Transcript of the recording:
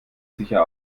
sicher